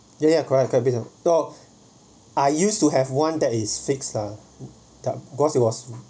ya ya correct correct based oh I used to have one that is fixed lah because it was